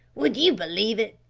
would ye believe it?